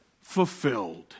fulfilled